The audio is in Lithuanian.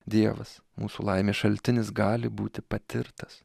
dievas mūsų laimės šaltinis gali būti patirtas